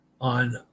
On